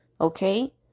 okay